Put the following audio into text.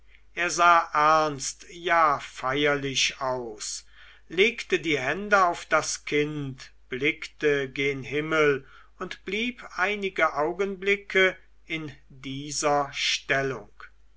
er sah ernst ja feierlich aus legte die hände auf das kind blickte gen himmel und blieb einige augenblicke in dieser stellung